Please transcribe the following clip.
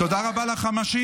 תודה רבה לחמשים.